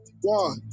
One